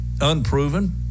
unproven